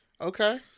Okay